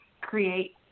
create